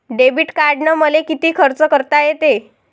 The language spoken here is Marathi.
डेबिट कार्डानं मले किती खर्च करता येते?